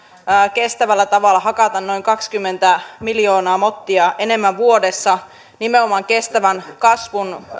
kestävällä tavalla hakata noin kaksikymmentä miljoonaa mottia enemmän vuodessa nimenomaan kestävän kasvun